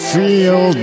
feel